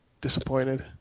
disappointed